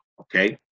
okay